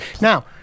Now-